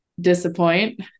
disappoint